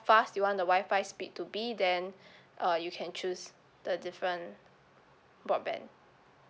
fast you want the wi-fi speed to be then uh you can choose the different broadband